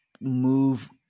move